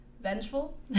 vengeful